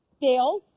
Dale